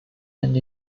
and